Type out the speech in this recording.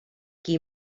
qui